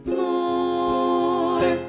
more